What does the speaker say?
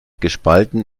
gespalten